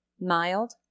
mild